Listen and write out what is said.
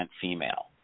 female